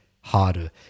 harder